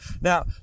Now